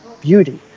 beauty